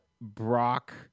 Brock